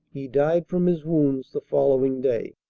he died from his wounds the following day.